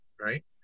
right